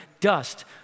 dust